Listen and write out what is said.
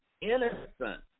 innocent